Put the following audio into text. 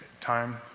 time